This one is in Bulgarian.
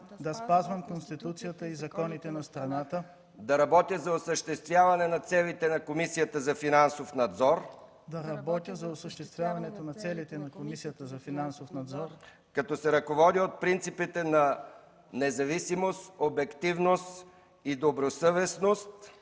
да спазвам Конституцията и законите на страната, да работя за осъществяването на целите на Комисията за финансов надзор, като се ръководя от принципите на независимост, обективност и добросъвестност